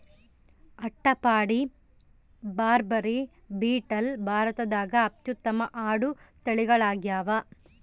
ಅಟ್ಟಪಾಡಿ, ಬಾರ್ಬರಿ, ಬೀಟಲ್ ಭಾರತದಾಗ ಅತ್ಯುತ್ತಮ ಆಡು ತಳಿಗಳಾಗ್ಯಾವ